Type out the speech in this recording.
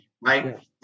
right